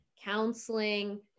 counseling